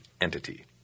entity